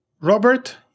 Robert